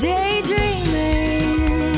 Daydreaming